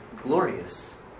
glorious